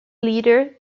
leader